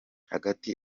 hagati